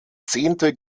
zehnte